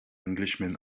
englishman